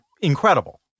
incredible